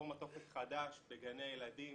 רפורמת אופק חדש בגני ילדים,